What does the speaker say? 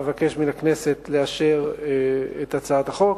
אבקש מהכנסת לאשר את הצעת החוק.